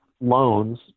loans